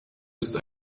ist